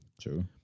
true